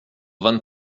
vingt